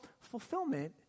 fulfillment